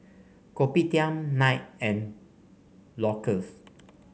Kopitiam Knight and Loackers